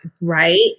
Right